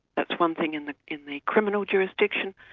that's one thing in the in the criminal jurisdiction,